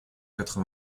quatre